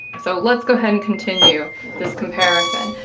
so let's go ahead and continue this comparison.